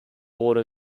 water